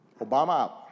Obama